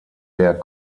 der